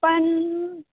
પણ